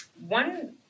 One